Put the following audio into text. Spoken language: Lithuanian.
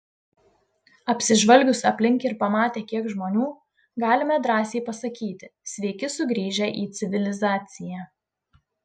apsižvalgius aplink ir pamatę kiek žmonių galime drąsiai pasakyti sveiki sugrįžę į civilizaciją